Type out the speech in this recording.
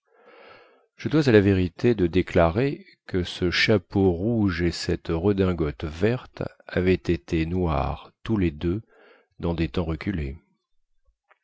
je dois à la vérité de déclarer que ce chapeau rouge et cette redingote verte avaient été noirs tous les deux dans des temps reculés